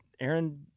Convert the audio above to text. Aaron